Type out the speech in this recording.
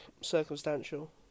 circumstantial